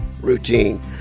routine